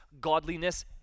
godliness